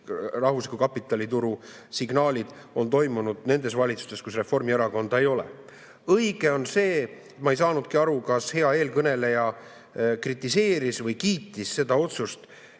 rahvusliku kapitalituru signaalid toimunud just nimelt nendes valitsustes, kus Reformierakonda ei ole. Õige on see – ma ei saanudki aru, kas hea eelkõneleja kritiseeris või kiitis seda otsust